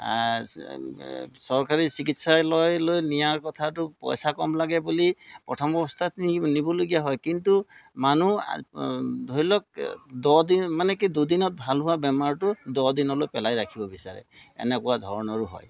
চৰকাৰী চিকিৎসালয়লৈ নিয়াৰ কথাটো পইচা কম লাগে বুলি প্ৰথম অৱস্থাত নি নিবলগীয়া হয় কিন্তু মানুহ ধৰি লওক দহ দিন মানে কি দুদিনত ভাল হোৱা বেমাৰটো দহ দিনলৈ পেলাই ৰাখিব বিচাৰে এনেকুৱা ধৰণৰো হয়